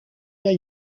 jij